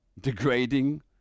degrading